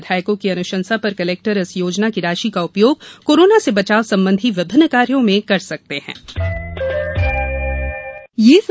विधायकों की अनुशंसा पर कलेक्टर इस योजना की राशि का उपयोग कोरोना से बचाव संबंधी विभिन्न कार्यों में खर्च कर सकेंगे